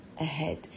ahead